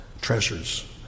treasures